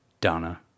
Donna